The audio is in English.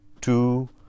two